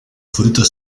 frutos